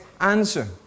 answer